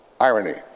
Irony